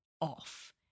off